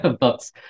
books